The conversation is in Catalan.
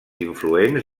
influents